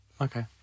okay